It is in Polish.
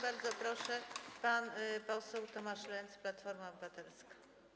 Bardzo proszę, pan poseł Tomasz Lenz, Platforma Obywatelska.